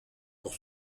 pour